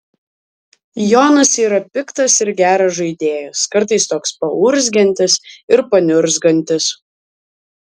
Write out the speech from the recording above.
jonas yra piktas ir geras žaidėjas kartais toks paurzgiantis ir paniurzgantis